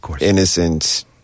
innocent